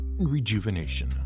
rejuvenation